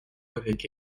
avec